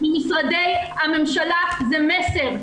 למשרדי הממשלה זה מסר.